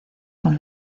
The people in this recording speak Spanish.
con